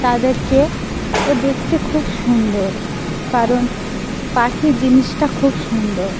তাদেরকেও দেখতে খুব সুন্দর কারণ পাখি জিনিসটা খুব সুন্দর